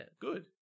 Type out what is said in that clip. Good